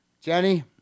Jenny